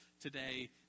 today